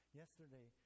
yesterday